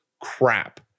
crap